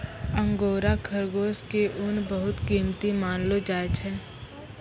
angora खरगोश के ऊन बहुत कीमती मानलो जाय छै